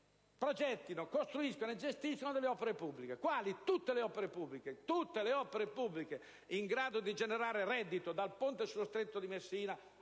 progettino, costruiscano e gestiscano opere pubbliche. Quali? Tutte le opere pubbliche. Tutte le opere pubbliche in grado di generare reddito, dal ponte sullo Stretto di Messina